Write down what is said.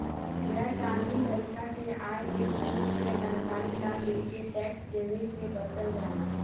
गैर कानूनी तरीका से आय के स्रोत के जानकारी न देके टैक्स देवे से बचल जाला